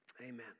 Amen